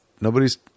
nobody's